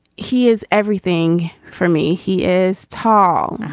he is everything for me. he is tall,